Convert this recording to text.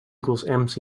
equals